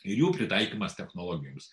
ir jų pritaikymas technologijoms